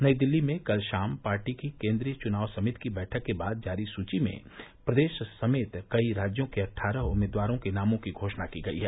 नई दिल्ली में कल शाम पार्टी की केन्द्रीय चुनाव समिति की बैठक के बाद जारी सूची में प्रदेश समेत कई राज्यों के अठठारह उम्मीदवारों के नामों की घोषणा की गयी है